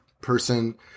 person